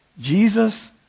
Jesus